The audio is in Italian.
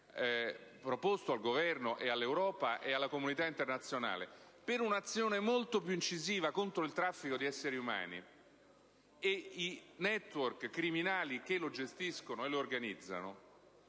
proposto al Governo e all'Europa e alla comunità internazionale per un'azione molto più incisiva contro il traffico di esseri umani e i *network* criminali che lo gestiscono e lo organizzano,